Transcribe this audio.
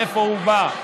מאיפה הוא בא.